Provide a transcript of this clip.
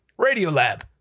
Radiolab